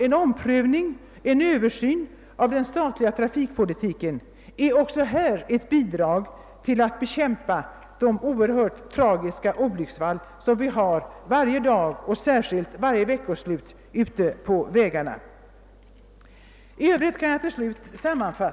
En omprövning och en översyn av den statliga trafikpolitiken skulle alltså även här kunna bidra till bekämpandet av de oerhört tragiska olycksfallen ute på vägarna varje dag och i synnerhet varje veckoslut. Sammanfattningsvis kan jag säga följande.